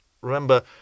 Remember